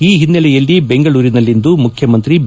ಈ ಹಿನ್ನೆಲೆಯಲ್ಲಿ ಬೆಂಗಳೂರಿನಲ್ಲಿಂದು ಮುಖ್ಯಮಂತ್ರಿ ಬಿ